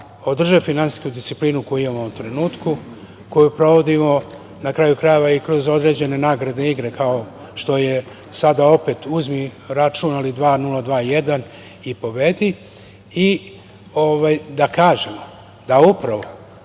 održe finansijsku disciplinu koju imamo u ovom trenutku, koju sprovodimo na kraju krajeve i kroz određene nagradne igre, kao što je sada opet „Uzmi račun i pobedi 2021“ i da kažemo da upravo